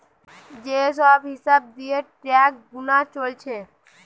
যে সব হিসাব দিয়ে ট্যাক্স গুনা চলছে